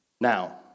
Now